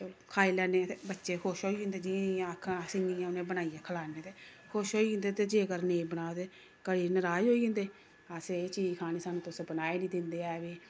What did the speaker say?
खाई लैने आं ते बच्चे खुश होई जंदे जि'यां जि'यां आखन अस इ'यां इ'यां उ'नें ई बनाइयै खलाने ते खुश होई जंदे ते जेकर नेईं बनाओ ते केईं नराज होई जंदे असें एह् चीज खानी सानूं तुस बनाई निं दिंदे ऐ बी